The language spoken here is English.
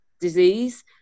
disease